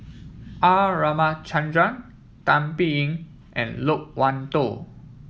R Ramachandran Tan Biyun and Loke Wan Tho